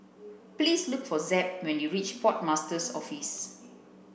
please look for Zeb when you reach Port Master's Office